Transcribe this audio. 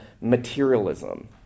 materialism